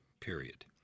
period